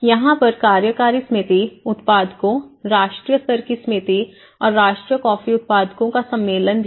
यहां पर कार्यकारी समिति उत्पादकों राष्ट्रीय स्तर की समिति और राष्ट्रीय कॉफी उत्पादकों का सम्मेलन भी है